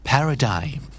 Paradigm